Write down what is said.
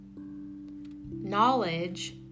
Knowledge